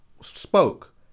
spoke